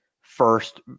first